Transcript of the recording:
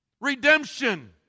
redemption